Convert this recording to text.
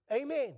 Amen